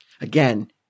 Again